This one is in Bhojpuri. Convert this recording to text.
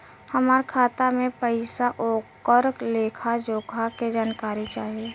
हमार खाता में पैसा ओकर लेखा जोखा के जानकारी चाही?